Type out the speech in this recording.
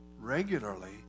regularly